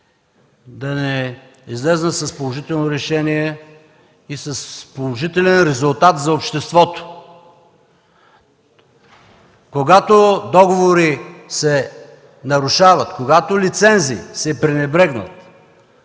да не излезнат с положително решение и с положителен резултат за обществото. Когато договорите се нарушават, когато лицензии се пренебрегнат,